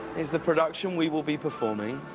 is the production we will be performing